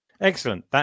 Excellent